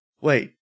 Wait